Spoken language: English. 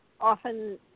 often